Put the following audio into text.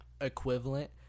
equivalent